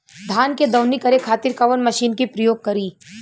धान के दवनी करे खातिर कवन मशीन के प्रयोग करी?